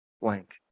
blank